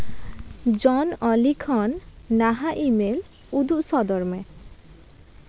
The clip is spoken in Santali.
ᱡᱚᱱ ᱚᱞᱤ ᱠᱷᱚᱱ ᱱᱟᱦᱟᱜ ᱤᱼᱢᱮ ᱞ ᱩᱫᱩᱜ ᱥᱚᱫᱚᱨ ᱢᱮ